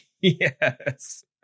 Yes